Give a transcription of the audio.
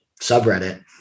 subreddit